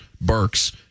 Burks